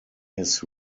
his